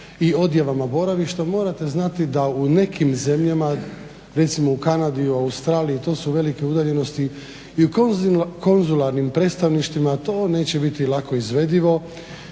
i odjavama boravišta morate znati da u nekim zemljama recimo u Kanadi i u Australiji to su velike udaljenosti i u konzularnim predstavništvima to neće biti lako izvedivo.